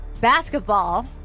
basketball